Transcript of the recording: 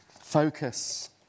Focus